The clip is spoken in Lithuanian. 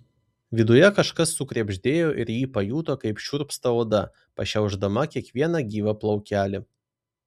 viduje kažkas sukrebždėjo ir ji pajuto kaip šiurpsta oda pašiaušdama kiekvieną gyvą plaukelį